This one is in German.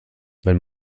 wenn